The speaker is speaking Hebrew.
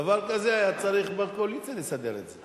דבר כזה היה צריך, בקואליציה לסדר את זה.